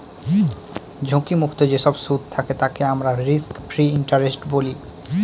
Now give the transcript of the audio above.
ঝুঁকি মুক্ত যেসব সুদ থাকে তাকে আমরা রিস্ক ফ্রি ইন্টারেস্ট বলি